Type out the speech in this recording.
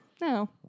No